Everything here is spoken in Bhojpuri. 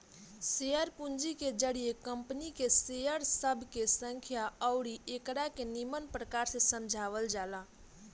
शेयर पूंजी के जरिए कंपनी के शेयर सब के संख्या अउरी एकरा के निमन प्रकार से समझावल जाला